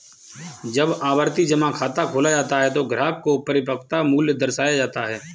जब आवर्ती जमा खाता खोला जाता है तो ग्राहक को परिपक्वता मूल्य दर्शाया जाता है